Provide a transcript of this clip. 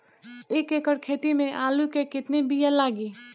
एक एकड़ खेती में आलू के कितनी विया लागी?